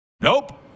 nope